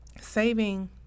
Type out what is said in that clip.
saving